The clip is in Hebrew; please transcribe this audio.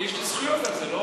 יש לי זכויות על זה, לא?